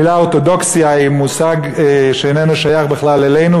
המילה "אורתודוקסיה" היא מושג שאיננו שייך בכלל אלינו,